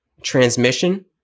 transmission